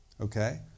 Okay